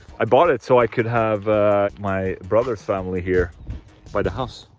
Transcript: i bought it so i could have my brother's family here by the house.